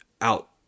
out